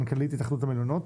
מנכ"לית התאחדות המלונות.